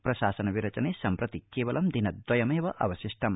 प्रशासन विरचने सम्प्रति केवलं दिनद्रयमेव अवशिष्टम्